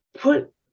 put